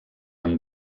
amb